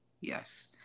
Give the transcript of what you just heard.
Yes